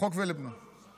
נגדו, סמוך על שולחנו.